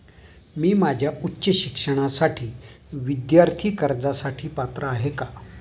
मी माझ्या उच्च शिक्षणासाठी विद्यार्थी कर्जासाठी पात्र आहे का?